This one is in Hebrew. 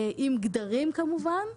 עם גדרים כמובן.